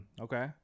Okay